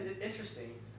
interesting